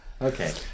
Okay